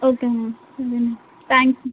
okay ma'am సరే ma'am thank you